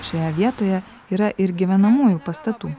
šioje vietoje yra ir gyvenamųjų pastatų